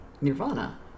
nirvana